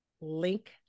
link